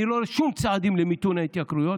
אני לא רואה שום צעדים למיתון ההתייקרויות.